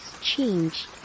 change